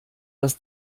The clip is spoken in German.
das